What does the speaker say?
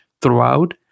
throughout